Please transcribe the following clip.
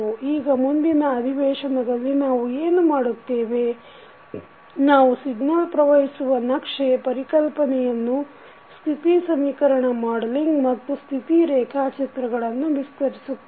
ಈಗ ಮುಂದಿನ ಅಧಿವೇಶನದಲ್ಲಿ ನಾವು ಏನು ಮಾಡುತ್ತೇವೆ ನಾವು ಸಿಗ್ನಲ್ ಪ್ರವಹಿಸುವ ನಕ್ಷೆ ಪರಿಕಲ್ಪನೆಯನ್ನು ಸ್ಥಿತಿ ಸಮೀಕರಣ ಮಾಡಲಿಂಗ್ ಮತ್ತು ಸ್ಥಿತಿ ರೇಖಾಚಿತ್ರಗಳನ್ನು ವಿಸ್ತರಿಸುತ್ತೇವೆ